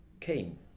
came